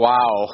Wow